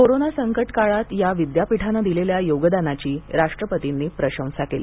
corona संकट काळात या विद्यापीठानं दिलेल्या योगदानाची राष्ट्रपतींनी प्रशंसा केली